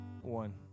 One